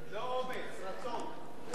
לא אומץ, רצון.